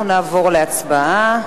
אנחנו נעבור להצבעה.